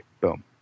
boom